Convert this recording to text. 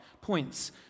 points